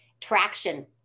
traction